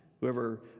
whoever